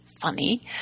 funny